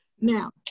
now